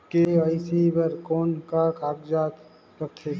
KYC बर कौन का कागजात लगथे?